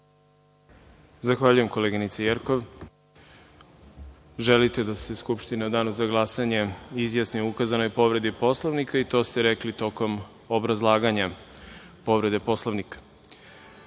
Zahvaljujem, koleginice Jerkov. Želite da se Skupština u Danu za glasanje izjasni o ukazanoj povredi Poslovnika, i to ste rekli tokom obrazlaganja povrede